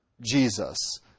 Jesus